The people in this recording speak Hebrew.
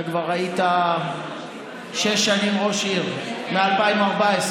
אתה כבר היית שש שנים ראש עיר, מ-2004,